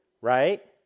right